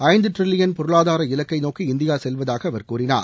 ஐந்து ட்ரில்லியன் பொருளாதார இலக்கை நோக்கி இந்தியா செல்வதாக அவர் கூறினார்